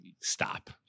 Stop